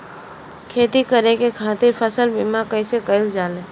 खेती करे के खातीर फसल बीमा कईसे कइल जाए?